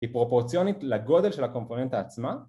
‫היא פרופורציונית לגודל ‫של הקומפוננטה עצמה.